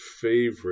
favorite